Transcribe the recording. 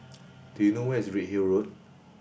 do you know where is Redhill Road